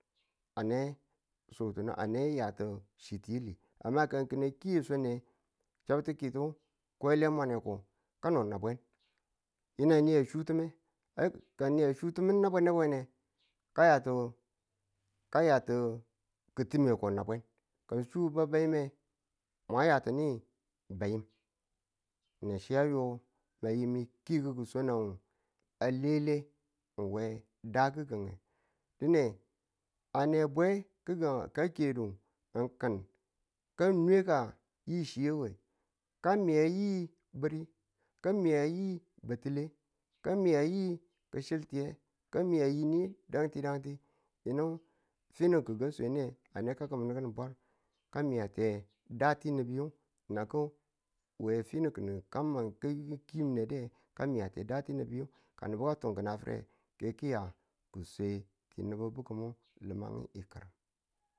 A ne su tinu a ne yati chi̱ tiyili amma ka ki̱n a kiye swange nge chabtikitu kwele mwan nge ko kano nabwen yiniang ni a su ti̱mi nabwen nge, ka yatu ki̱time ko nabwen ka a su babayim nge mwa ya tunuwe bayim nang chi ayo ma yi ko ki̱kuku swange a lele we da gi̱gang we dine a ne bwe ka kedu ka nwe ka yichi ngewe ka miya bi̱ri, ka miya yi bati̱le ka miya kan miya yini dantidanti yinu finu ki̱n ka swanne a ne kaki̱ming ki̱ning bwar ka miyate dati nibumu. ka nibu ka tunkun a fire nge.